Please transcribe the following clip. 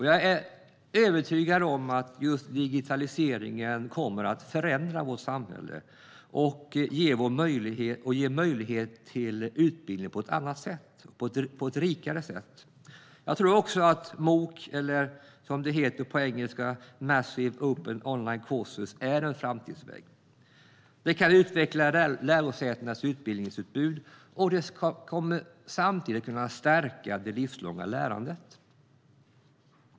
Jag är övertygad om att den kommer att förändra vårt samhälle och ge möjlighet till utbildning på ett annat och rikare sätt. Jag tror också att MOOC, alltså massive open online courses, är en framtidsväg. Detta kan utveckla lärosätenas utbildningsutbud och samtidigt stärka det livslånga lärandet.